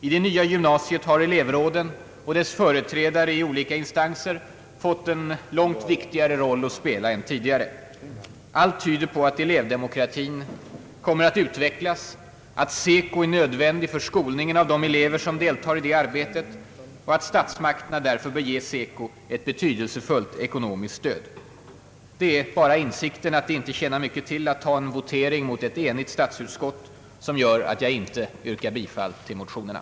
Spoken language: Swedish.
I det nya gymnasiet har elevråden och deras företrädare i olika instanser fått en långt viktigare roll att spela än tidigare; Allt tyder på att elevdemokratin kommer att utvecklas, att SECO är nödvändig för skolningen av de elever som deltar i det arbetet och att statsmak terna därför bör ge SECO ett betydelsefullt ekonomiskt stöd. Det är bara insikten att det inte tjänar mycket till att begära en votering mot ett enigt statsutskott som gör att jag inte yrkar bifall till motionerna.